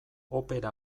opera